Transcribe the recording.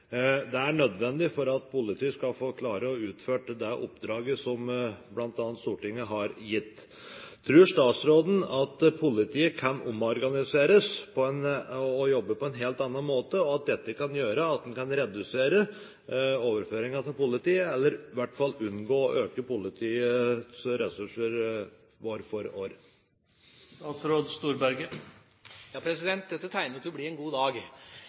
Det er nødvendig for at politiet skal klare å utføre det oppdraget som bl.a. Stortinget har gitt. Tror statsråden at politiet kan omorganiseres og jobbe på en helt annen måte, og at dette kan gjøre at en kan redusere overføringene til politiet, eller i hvert fall unngå å øke politiets ressurser år for år? Dette tegner jo til å bli en god dag.